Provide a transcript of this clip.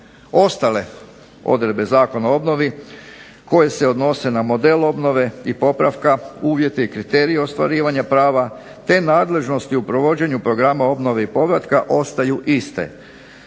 Ostale odredbe Zakona o obnovi koje se odnose na model obnove, i popravka, uvjete i kriterije ostvarivanja prava, te nadležnosti u provođenju programa obnove i povratka ostaju iste.